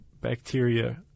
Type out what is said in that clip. bacteria